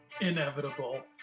inevitable